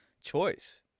choice